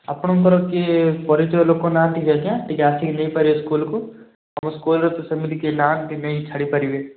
ଆପଣଙ୍କର କିଏ ପରିଚୟ ଲୋକ ନାହାଁନ୍ତି କି ଆଜ୍ଞା ଟିକେ ଆସିକି ନେଇପାରିବେ ସ୍କୁଲକୁ ଆମ ସ୍କୁଲରେ ତ ସେମିତି କେହି ନାହାଁନ୍ତି ଯିଏ ନେଇ ଛାଡ଼ି ପାରିବେ